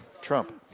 Trump